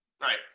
Right